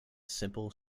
simple